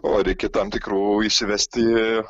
o reikia tam tikrų įsivesti